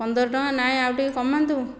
ପନ୍ଦର ଟଙ୍କା ନାହିଁ ଆଉ ଟିକେ କମାନ୍ତୁ